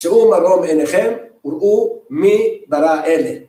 שאו מרום עיניכם וראו מי ברא אלה.